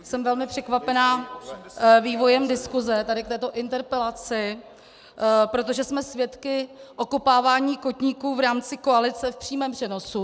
Jsem velmi překvapená vývojem diskuse k této interpelaci, protože jsme svědky okopávání kotníků v rámci koalice v přímém přenosu.